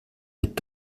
mit